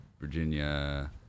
Virginia